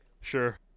Sure